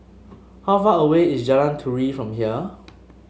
how far away is Jalan Turi from here